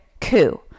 coup